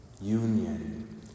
Union